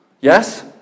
Yes